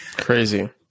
crazy